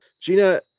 Gina